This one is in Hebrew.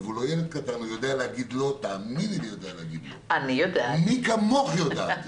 שיודע להגיד לא, מי כמוך יודעת